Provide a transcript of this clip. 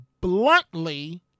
bluntly